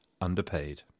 Underpaid